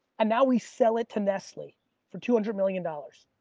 and now we sell it to nestle for two hundred million dollars.